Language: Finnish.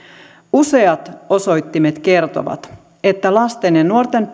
useat osoittimet kertovat että lasten ja nuorten